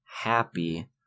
happy